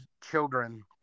children